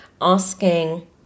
asking